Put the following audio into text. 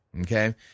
okay